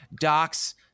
Doc's